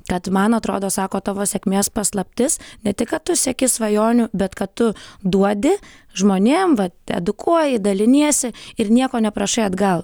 kad man atrodo sako tavo sėkmės paslaptis ne tik kad tu sieki svajonių bet kad tu duodi žmonėm vat edukuoji daliniesi ir nieko neprašai atgal